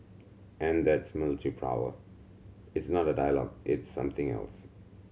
and that's military power it's not dialogue it's something else